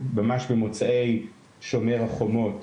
ממש במוצאי שומר החומות